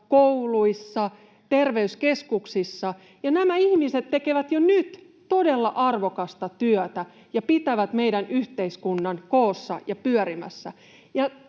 kouluissa, terveyskeskuksissa, ja nämä ihmiset tekevät jo nyt todella arvokasta työtä ja pitävät meidän yhteiskunnan koossa ja pyörimässä.